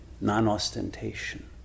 non-ostentation